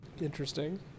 interesting